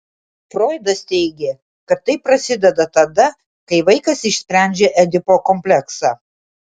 froidas teigė kad tai prasideda tada kai vaikas išsprendžia edipo kompleksą